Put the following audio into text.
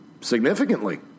significantly